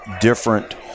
different